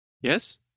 Yes